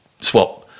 swap